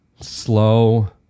slow